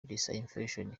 dysfunction